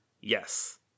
Yes